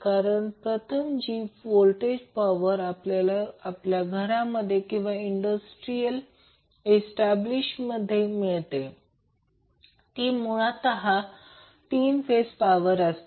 कारण प्रथम जी व्होल्टेज पॉवर आपल्याला आपल्या घरामध्ये किंवा इंडस्ट्रियल इस्टॅब्लिशमेंट मध्ये मिळते ती मुळात हा 3 फेज पॉवर असते